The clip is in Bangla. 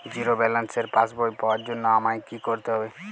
জিরো ব্যালেন্সের পাসবই পাওয়ার জন্য আমায় কী করতে হবে?